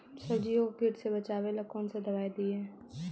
सब्जियों को किट से बचाबेला कौन सा दबाई दीए?